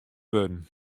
wurden